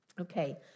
Okay